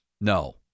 No